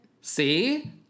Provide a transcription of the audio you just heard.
See